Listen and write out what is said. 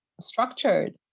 structured